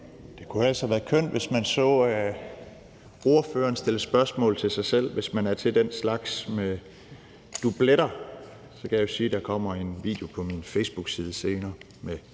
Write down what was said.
Det kunne ellers have været kønt, hvis man så ordføreren stille spørgsmål til sig selv. Hvis man er til den slags med dubletter, så kan jeg jo sige, at der kommer en video på min facebookside senere